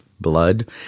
blood